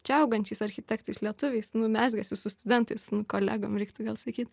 čia augančiais architektais lietuviais nu mezgėsi su studentais nu kolegom reiktų gal sakyt